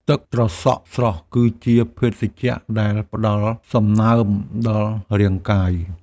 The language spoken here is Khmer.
ទឹកត្រសក់ស្រស់ គឺជាភេសជ្ជ:ដែលផ្តល់សំណើមដល់រាងកាយ។